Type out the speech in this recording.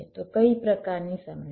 તો કઈ પ્રકારની સમસ્યાઓ